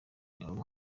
nabo